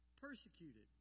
persecuted